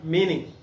Meaning